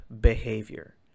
behavior